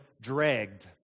dragged